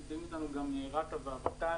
נמצאים אתנו גם רת"ע והוות"ל.